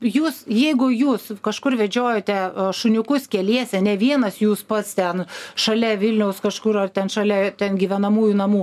jūs jeigu jūs kažkur vedžiojote šuniukus keliese ne vienas jūs pas ten šalia vilniaus kažkur ar ten šalia ten gyvenamųjų namų